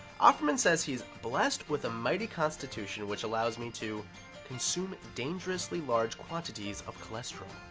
offerman says he is blessed with a mighty constitution which allows me to consume dangerously large quantities of cholesterol.